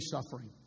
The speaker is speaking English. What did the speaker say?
suffering